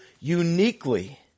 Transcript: uniquely